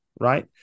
right